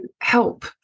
help